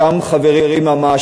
אותם חברים ממש,